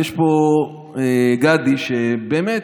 נמצא פה גדי, שבאמת,